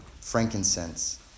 frankincense